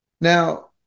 Now